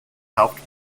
helped